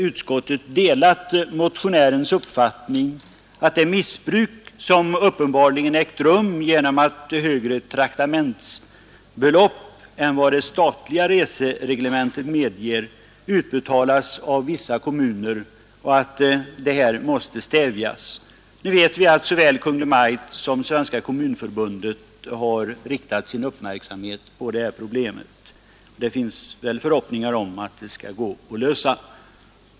Utskottet delar motionärernas uppfattning att ett missbruk uppenbarligen har ägt rum genom att högre traktamentsbelopp än vad det statliga resereglementet medger utbetalats av vissa kommuner och att detta måste stävjas. Nu vet vi att såväl Kungl. Maj:t som Svenska kommunförbundet har sin uppmärksamhet riktad på problemet, och det finns förhoppningar om att det skall gå att lösa.